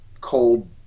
cold